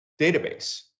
database